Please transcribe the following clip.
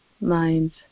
minds